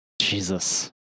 Jesus